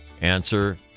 Answer